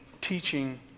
teaching